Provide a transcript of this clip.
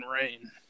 rain